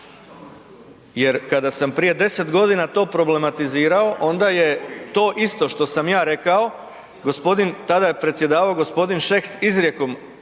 Jer kada sam prije 10 godina to problematizirao onda je to isto što sam ja rekao, gospodin, tada je predsjedavao g. Šeks izrijekom